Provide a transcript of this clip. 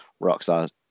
Rockstar